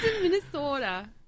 Minnesota